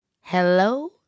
Hello